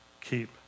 keep